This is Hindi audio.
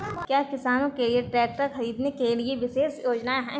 क्या किसानों के लिए ट्रैक्टर खरीदने के लिए विशेष योजनाएं हैं?